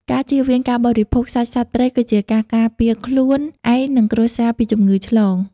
ការជៀសវាងការបរិភោគសាច់សត្វព្រៃគឺជាការការពារខ្លួនឯង និងគ្រួសារពីជំងឺឆ្លង។